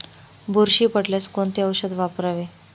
बुरशी पडल्यास कोणते औषध वापरावे?